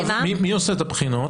מי עושה את הבחינות?